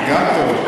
גם טוב.